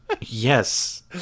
yes